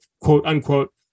quote-unquote